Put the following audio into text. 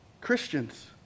Christians